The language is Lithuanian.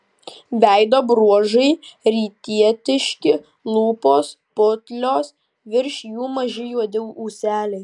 veido bruožai rytietiški lūpos putlios virš jų maži juodi ūseliai